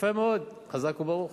יפה מאוד, חזק וברוך.